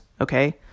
okay